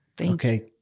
Okay